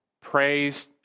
praised